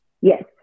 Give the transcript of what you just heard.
Yes